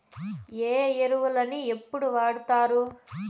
ఏ ఎరువులని ఎప్పుడు వాడుతారు?